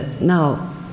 Now